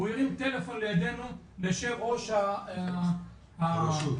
הוא הרים טלפון לידינו ליו"ר הרשות,